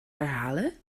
herhalen